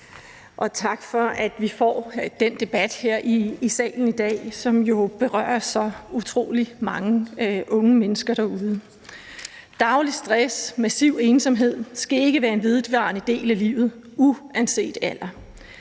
og tak for, at vi får den debat her i salen i dag om noget, som jo berører så utrolig mange unge mennesker derude. Daglig stress og massiv ensomhed skal ikke være en vedvarende del af livet uanset alder.